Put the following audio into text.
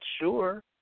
sure